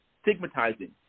stigmatizing